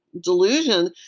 delusion